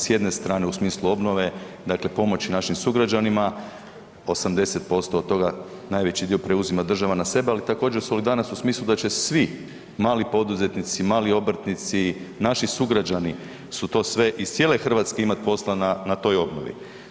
S jedne strane u smislu obnove, dakle pomoći našim sugrađanima 80% od toga najveći preuzima država na sebe, ali također solidarnost u smislu da će svi mali poduzetnici, mali obrtnici, naši sugrađani su to sve iz cijele RH imat posla na, na toj obnovi.